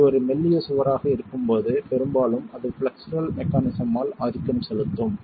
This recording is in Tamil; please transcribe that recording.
இது ஒரு மெல்லிய சுவராக இருக்கும்போது பெரும்பாலும் அது பிளக்ஸர் மெக்கானிசம் ஆல் ஆதிக்கம் செலுத்தும்